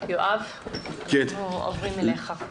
יואב, עוברים אליך.